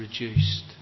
reduced